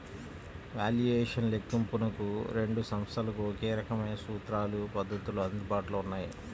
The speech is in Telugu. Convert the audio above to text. వాల్యుయేషన్ లెక్కింపునకు రెండు సంస్థలకు ఒకే రకమైన సూత్రాలు, పద్ధతులు అందుబాటులో ఉన్నాయి